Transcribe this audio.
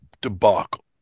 debacle